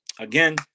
again